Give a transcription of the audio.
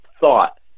thought